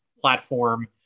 platform